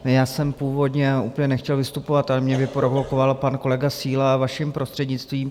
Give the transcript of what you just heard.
Já jsem původně úplně nechtěl vystupovat, ale mě vyprovokoval pan kolega Síla, vaším prostřednictvím.